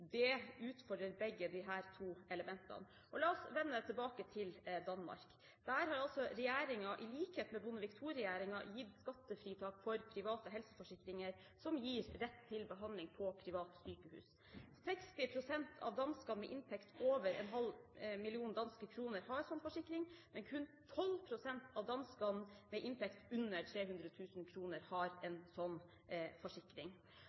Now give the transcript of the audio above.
aktører utfordrer begge disse to elementene. La oss vende tilbake til Danmark. Der har regjeringen, i likhet med Bondevik II-regjeringen, gitt skattefritak for private helseforsikringer som gir rett til behandling på private sykehus. 60 pst. av dansker med inntekt over en halv million danske kroner har slik forsikring, mens kun 12 pst. av dansker med inntekt under 300 000 kroner har slik forsikring. For det andre er det slik at en